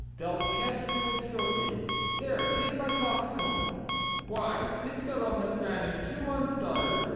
thou'lt catch cold shortly there, take my coxcomb why, this fellow hath banish'd two on's daughters,